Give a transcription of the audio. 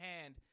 hand